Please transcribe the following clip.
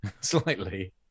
Slightly